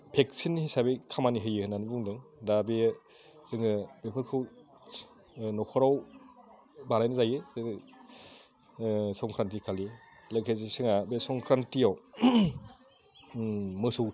vaccine हिसाबै खामानि होयो होननानै बुंदों दा बेयो जोङो बेफोरखौ न'खराव बानायनाय जायो जोङो संक्रान्ति खालि जायखि जि सङा बे संक्रान्तियाव मोसौ